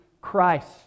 Christ